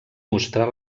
mostrar